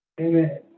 Amen